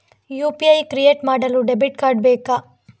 UPI create ಮಾಡಲು debit card ಬೇಕಾ?